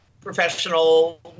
professional